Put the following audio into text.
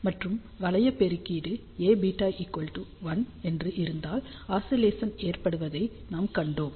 மற்றும் வளைய பெருக்கீடு Aβ 1 என்று இருந்தால் ஆஸிலேசன் ஏற்படுவதை நாம் கண்டோம்